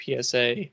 PSA